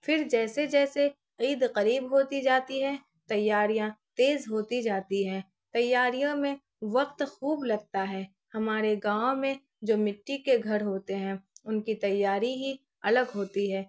پھر جیسے جیسے عید قریب ہوتی جاتی ہے تیاریاں تیز ہوتی جاتی ہیں تیاریوں میں وقت خوب لگتا ہے ہمارے گاؤں میں جو مٹی کے گھر ہوتے ہیں ان کی تیاری ہی الگ ہوتی ہے